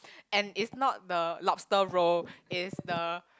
and is not the lobster roll is the